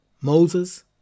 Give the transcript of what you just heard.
Moses